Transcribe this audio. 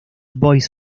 boys